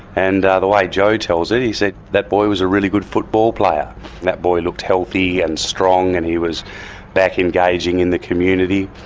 and the way joe tells it he said that boy was a really good football player, and that boy looked healthy and strong and he was back engaging in the community.